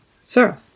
Sir